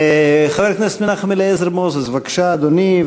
חבר הכנסת מנחם אליעזר מוזס, בבקשה, אדוני.